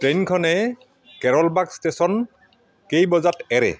ট্ৰেইনখনে Karol Bagh station কেই বজাত এৰে